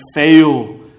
fail